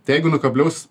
tai jeigu nukabliaus